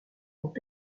ont